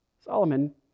Solomon